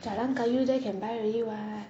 jalan kayu there can buy already [what]